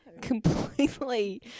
completely